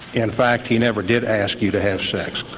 in fact, he never did ask you to have sex.